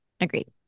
Agreed